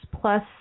Plus